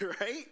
right